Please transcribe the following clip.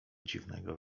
dziwnego